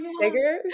bigger